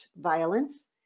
violence